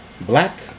black